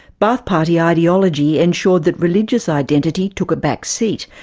ba'arth party ideology ensured that religious identity took a back seat,